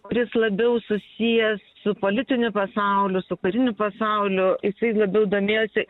kuris labiau susijęs su politiniu pasauliu su kariniu pasauliu jisai labiau domėjosi